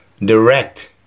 direct